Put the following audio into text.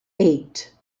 eight